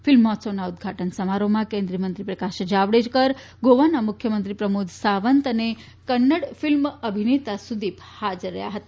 film મહોત્સવના ઉદઘાટન સમારોહમાં કેન્દ્રીય મંત્રી પ્રકાશ જાવડેકર ગોવાના મુખ્યમંત્રી પ્રમોદ સાવંત અને કન્નડ ફિલ્મ અભિનેતા સુદીપ હાજર રહ્યા હતા